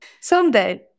Someday